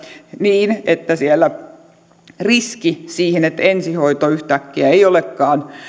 niin että siellä on riski siihen että ensihoitoa yhtäkkiä ei olekaan